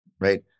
right